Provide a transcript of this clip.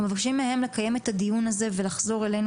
אנחנו מבקשים מהם לקיים את הדיון הזה ולחזור אלינו